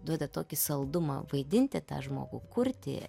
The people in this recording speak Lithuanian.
duoda tokį saldumą vaidinti tą žmogų kurti